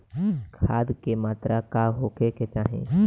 खाध के मात्रा का होखे के चाही?